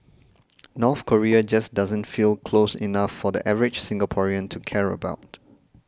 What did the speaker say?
North Korea just doesn't feel close enough for the average Singaporean to care about